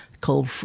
cold